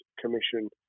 Commission